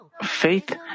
faith